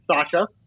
Sasha